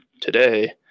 today